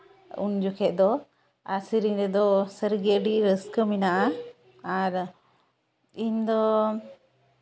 ᱩᱱ ᱡᱚᱠᱷᱮᱡ ᱫᱚ ᱟᱨ ᱥᱮᱨᱮᱧ ᱨᱮᱫᱚ ᱥᱟᱹᱨᱤᱜᱮ ᱟᱹᱰᱤ ᱨᱟᱹᱥᱠᱟᱹ ᱢᱮᱱᱟᱜᱼᱟ ᱟᱨ ᱤᱧᱫᱚ